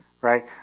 Right